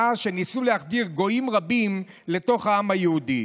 שניסו להחדיר גויים רבים לתוך העם היהודי.